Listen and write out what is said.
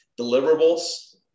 deliverables